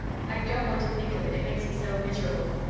i don't want to think of it, it makes me so miserable,